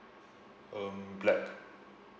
um black